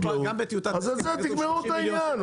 אז תגמרו את העניין,